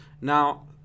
Now